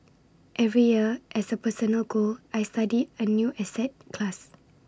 every year as A personal goal I study A new asset class